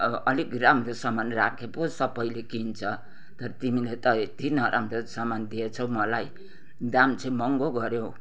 अब अलिक राम्रो सामान राखे पो सबैले किन्छ तर तिमीले त यत्ति नराम्रो सामान दिएछौ मलाई दाम चाहिँ महँगो गऱ्यौ